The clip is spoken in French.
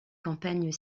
campagnes